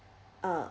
uh